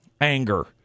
anger